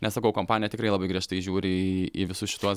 nes sakau kompanija tikrai labai griežtai žiūri į į visus šituos